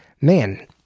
Man